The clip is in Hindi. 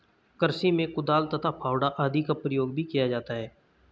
कृषि में कुदाल तथा फावड़ा आदि का प्रयोग भी किया जाता है